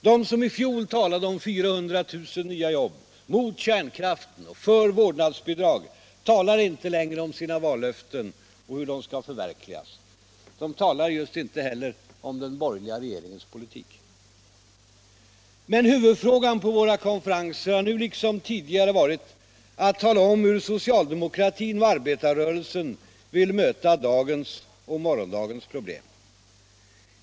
De som i fjol talade om 400 000 nya jobb, mot kärnkraften och för vårdnadsbidrag, talar inte längre om sina vallöften och och om hur de skall förverkligas. De talar just inte heller om den borgerliga regeringens politik. Men huvudfrågan på våra konferenser har nu liksom tidigare varit att tala om hur socialdemokratin och arbetarrörelsen vill möta dagens och morgondagens problem.